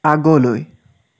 আগলৈ